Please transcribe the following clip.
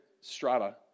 strata